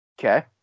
Okay